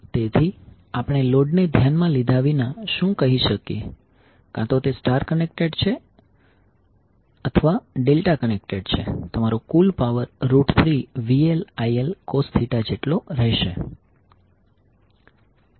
તેથી આપણે લોડને ધ્યાનમાં લીધા વિના શું કહી શકીએ કાં તો તે સ્ટાર કનેક્ટેડ છે થવા ડેલ્ટા કનેક્ટેડ છે તમારો કુલ પાવર 3VLIL cos જેટલો રહેશે